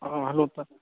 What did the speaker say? hello ꯇꯥꯏ